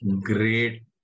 great